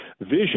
vision